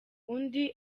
undi